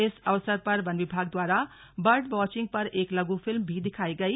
इस अवसर वन विभाग द्वारा बर्ड वांचिग पर एक लघु फिल्म भी दिखायी गई